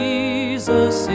Jesus